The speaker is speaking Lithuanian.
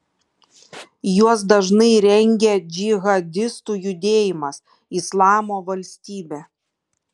juos dažnai rengia džihadistų judėjimas islamo valstybė